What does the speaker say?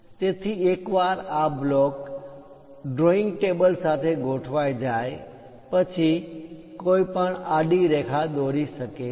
તેથી એકવાર આ બ્લોક ડ્રોઈંગ ટેબલ સાથે ગોઠવાય જાય પછી કોઈપણ આડી રેખા દોરી શકે છે